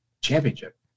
Championship